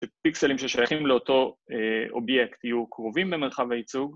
שפיקסלים ששייכים לאותו אובייקט יהיו קרובים במרחב הייצוג